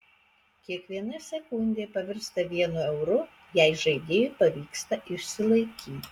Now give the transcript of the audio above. kiekviena sekundė pavirsta vienu euru jei žaidėjui pavyksta išsilaikyti